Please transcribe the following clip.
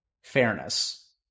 fairness